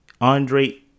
Andre